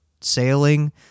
sailing